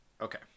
okay